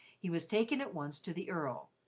he was taken at once to the earl.